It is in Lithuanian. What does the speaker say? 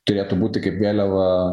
turėtų būti kaip vėliava